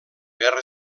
guerra